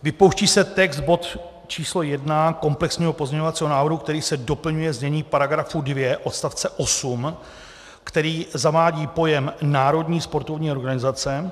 Vypouští se text bod číslo 1 komplexního pozměňovacího návrhu, který se doplňuje zněním § 2 odstavce 8, který zavádí pojem národní sportovní organizace.